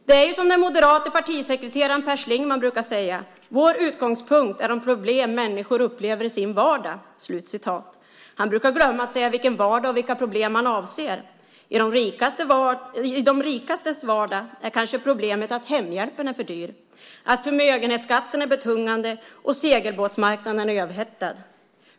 Den moderate partisekreteraren Per Schlingmann brukar säga: Vår utgångspunkt är de problem människor upplever i sin vardag. Han brukar dock glömma att säga vilken vardag och vilka problem han avser. I de rikastes vardag är kanske problemet att hemhjälpen är för dyr, att förmögenhetsskatten är betungande och segelbåtsmarknaden överhettad.